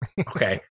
okay